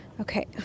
okay